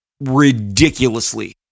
ridiculously